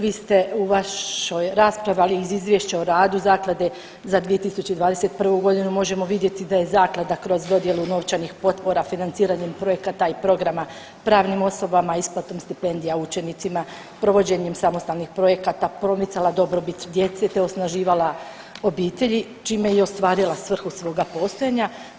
Vi ste u vašoj raspravi, ali iz izvješća o radu zaklade za 2021.g. možemo vidjeti da je zaklada kroz dodjelu novčanih potpora financiranim projekata i programa pravnim osobama, isplatom stipendija učenicima, provođenjem samostalnih projekata promicala dobrobit djece te osnaživala obitelji čime je i ostvarila svrhu svoga postojanja.